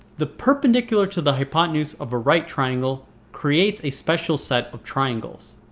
the perpendicular to the hypotenuse of a right triangle creates a special set of triangles.